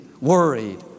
worried